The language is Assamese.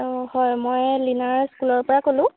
অঁ হয় মই লীনাৰ স্কুলৰ পৰা ক'লোঁ